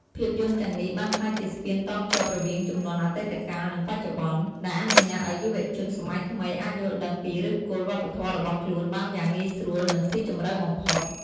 ភាពយន្តទាំងនេះបានក្លាយជាស្ពានតភ្ជាប់រវាងជំនាន់អតីតកាល និងបច្ចុប្បន្ន ដែលអនុញ្ញាតឲ្យយុវជនសម័យថ្មីអាចយល់ដឹងពីឫសគល់វប្បធម៌របស់ខ្លួនបានយ៉ាងងាយស្រួលនិងស៊ីជម្រៅបំផុត។